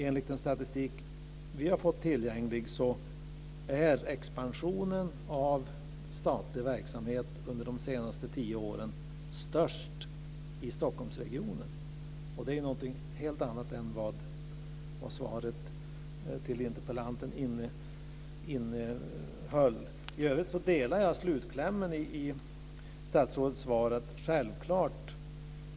Enligt den statistik som vi har fått tillgänglig är expansionen av statlig verksamhet under de senaste tio åren störst i Stockholmsregionen. Det är någonting helt annat än vad svaret till interpellanten innehöll. I övrigt håller jag med om slutklämmen i statsrådets svar.